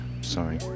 Sorry